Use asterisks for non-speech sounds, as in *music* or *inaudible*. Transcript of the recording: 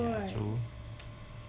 so like *noise*